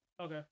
Okay